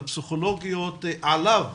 הפסיכולוגיות עליו,